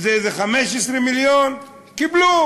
זה איזה 15 מיליון, קיבלו.